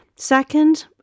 Second